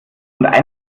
und